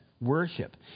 worship